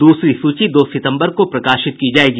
दूसरी सूची दो सितम्बर को प्रकाशित की जायेगी